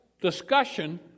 discussion